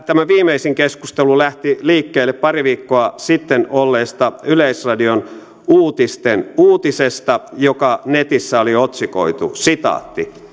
tämä viimeisin keskustelu lähti liikkeelle pari viikkoa sitten olleesta yleisradion uutisesta joka netissä oli otsikoitu